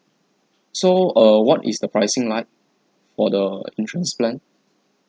so err what is the pricing like for the insurance plan